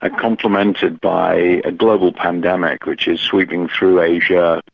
ah complemented by a global pandemic, which is sweeping through asia,